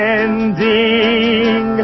ending